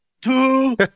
two